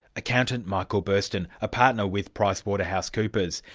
accountant, michael bursten, a partner with price waterhouse coopers.